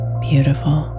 beautiful